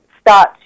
start